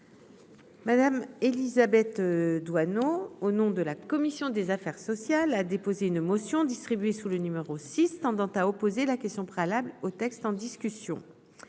Madame Élisabeth Doineau, au nom de la commission des affaires sociales a déposé une motion distribuée sous le numéro 6 tendant à opposer la question préalable au texte en discussion,